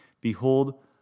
behold